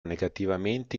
negativamente